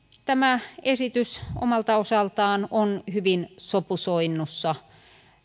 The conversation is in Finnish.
tämä esitys omalta osaltaan on hyvin sopusoinnussa